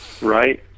Right